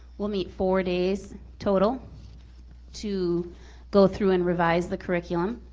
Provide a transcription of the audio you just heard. will meet four days total to go through and revise the curriculum.